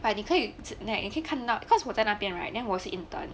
like 你可以 like 你可以看的到 cause 我在那边 right then 我是 intern